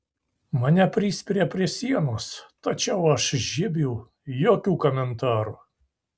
mane prispiria prie sienos tačiau aš žiebiu jokių komentarų